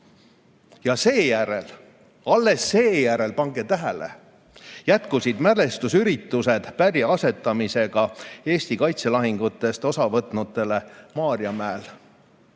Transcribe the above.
Ja seejärel – alles seejärel, pange tähele! –, jätkusid mälestusüritused pärja asetamisega Eesti kaitselahingutest osavõtnutele Maarjamäel.